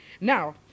Now